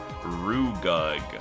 Rugug